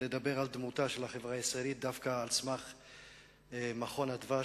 לדבר על דמותה של החברה הישראלית דווקא על סמך דוח "מרכז אדוה",